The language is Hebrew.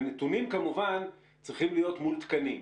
ונתונים כמובן צריכים להיות מעודכנים.